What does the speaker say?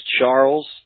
Charles